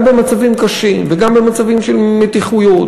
גם במצבים קשים וגם במצבים של מתיחויות